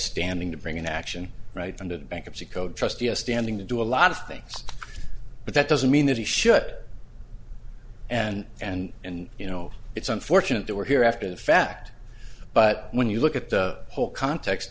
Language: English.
standing to bring an action right under the bankruptcy code trust us standing to do a lot of things but that doesn't mean that we should and and and you know it's unfortunate that we're here after the fact but when you look at the whole context